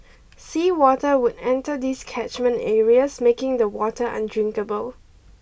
sea water would enter these catchment areas making the water undrinkable